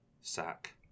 Sack